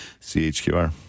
CHQR